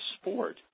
sport